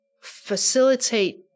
facilitate